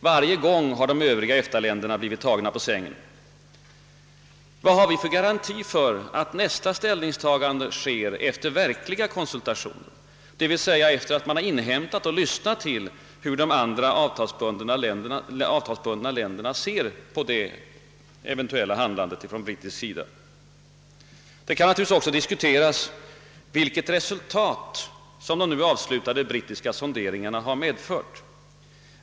Varje gång har de övriga EFTA-länderna blivit »tagna på sängen». Vad har vi för garanti för att nästa ställningstagande sker efter verkliga konsultationer, d.v.s. sedan man har inhämtat hur de andra avtalsbundna länderna ser på det eventuella handlandet från brittisk sida? Det kan naturligtvis också diskuteras vilka resultat som de nu avslutade brittiska sonderingarna har medfört.